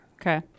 Okay